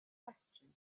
question